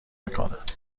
میکند